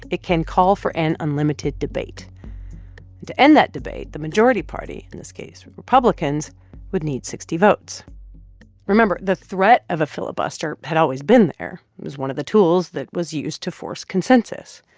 it can call for an unlimited debate. and to end that debate, the majority party in this case, republicans would need sixty votes remember the threat of a filibuster had always been there. it was one of the tools that was used to force consensus.